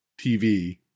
TV